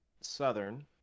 southern